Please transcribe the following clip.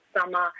summer